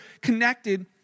connected